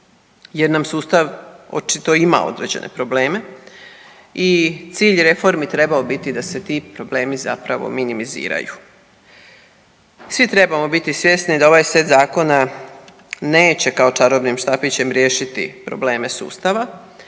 jer nam sustav očito ima određene probleme i cilj reformi bi trebao biti da se ti problemi zapravo minimiziraju. Svi trebamo biti svjesni da ovaj set zakona neće kao čarobnim štapićem riješiti probleme sustava,